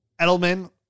Edelman